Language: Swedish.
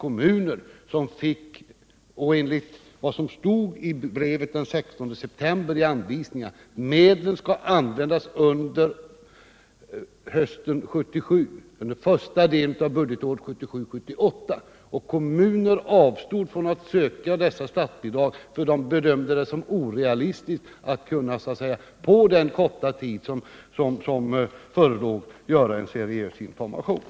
Chanserna för denna grupp att lyckas måste bedömas som minimala. Är industriministern beredd att utifrån sin tidigare redovisade doktrin om företagens ansvar för sysselsättningen gripa in och utkräva samhällsansvar av Boxholms AB, så att jobben inte försvinner i Horndal?